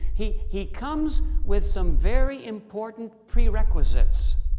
he he comes with some very important prerequisites.